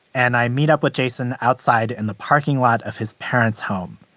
and i meet up with jason outside in the parking lot of his parents' home.